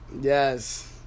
Yes